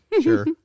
Sure